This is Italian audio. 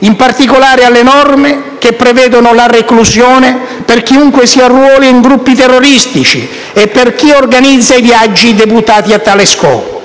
in particolare alle norme che prevedono la reclusione per chiunque si arruola in gruppi terroristici e per chi organizza i viaggi deputati a tale scopo.